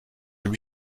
lui